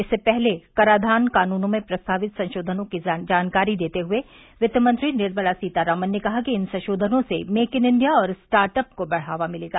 इससे पहले कराधान कानूनों में प्रस्तावित संशोधनों की जानकारी देते हुए वित्तमंत्री निर्मला सीतारामन ने कहा कि इन संशोधनों से मेक इन इंडिया और स्टार्ट अप को बढ़ावा मिलेगा